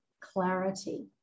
clarity